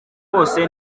hose